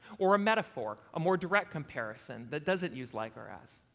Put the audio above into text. or a metaphor, a more direct comparison that doesn't use like or as.